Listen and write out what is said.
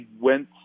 went